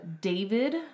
David